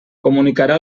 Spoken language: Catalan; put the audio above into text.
comunicarà